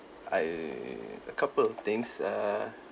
I a couple things err